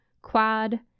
quad